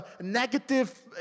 negative